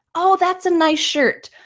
oh, that's a nice shirt,